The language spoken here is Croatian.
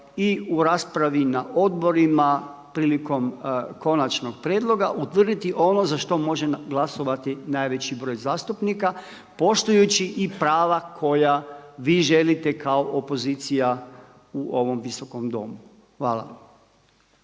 i u raspravi na odborima, prilikom konačnog prijedloga, utvrditi ono za što može glasovati najveći broj zastupnika poštujući i prava koja vi želite kao opozicija u ovom Visokom domu. Hvala.